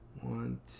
One